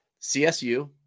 CSU